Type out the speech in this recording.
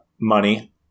money